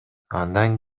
андан